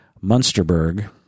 Munsterberg